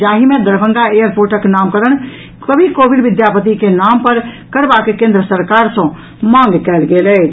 जाहि मे दरभंगा एयरपोर्टक नामकरण कवि कोकिल विद्यापति के नाम पर करबाक केन्द्र सरकार सॅ मांग कयल गेल अछि